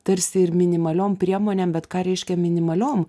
tarsi ir minimaliom priemonėm bet ką reiškia minimaliom